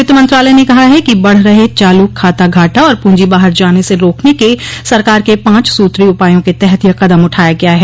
वित्त मंत्रालय ने कहा है कि बढ़ रहे चालू खाता घाटा और पूंजी बाहर जाने से रोकने के सरकार के पांच सूत्री उपायों के तहत यह कदम उठाया गया है